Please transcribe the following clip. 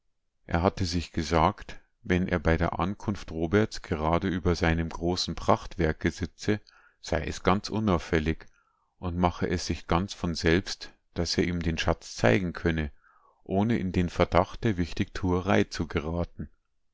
er hatte sich gesagt wenn er bei der ankunft roberts gerade über seinem großen prachtwerke sitze sei es ganz unauffällig und mache es sich ganz von selbst daß er ihm den schatz zeigen könne ohne in den verdacht der wichtigtuerei zu geraten